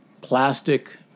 plastic